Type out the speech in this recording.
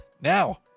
Now